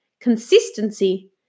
Consistency